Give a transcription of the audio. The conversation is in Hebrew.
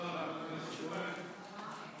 חבר הכנסת שמחה רוטמן.